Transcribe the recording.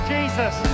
Jesus